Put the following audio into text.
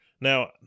now